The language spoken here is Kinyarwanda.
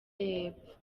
y’epfo